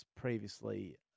previously